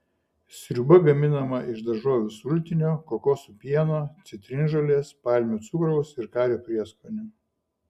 sriuba gaminama iš daržovių sultinio kokosų pieno citrinžolės palmių cukraus ir kario prieskonių